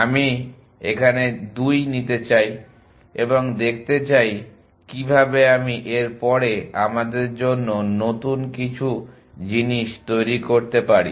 আমি এখানে 2 নিতে চাই এবং দেখতে চাই কিভাবে আমি এর পরে আমাদের জন্য কিছু নতুন জিনিস তৈরি করতে পারি